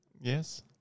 Yes